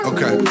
Okay